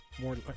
More